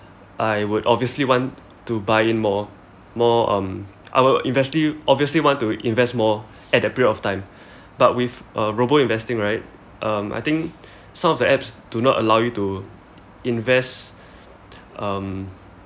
I would obviously want to buy in more more um our invest~ obviously want to invest more at that period of time but with uh robo investing right um I think some of the apps do not allow you to invest um